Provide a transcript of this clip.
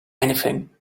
anything